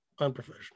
Unprofessional